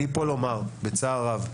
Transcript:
אני פה לומר בצער רב,